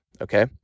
Okay